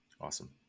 Awesome